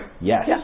Yes